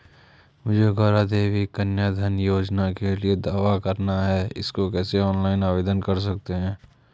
मुझे गौरा देवी कन्या धन योजना के लिए दावा करना है इसको कैसे ऑनलाइन आवेदन कर सकते हैं?